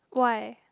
why